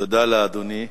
תודה לאדוני.